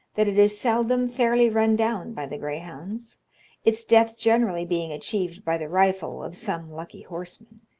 that it is seldom fairly run down by the greyhounds its death generally being achieved by the rifle of some lucky horseman.